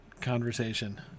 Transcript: conversation